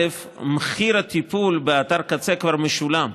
מחיר הטיפול באתר קצה כבר משולם.